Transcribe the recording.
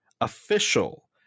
official